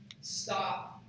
stop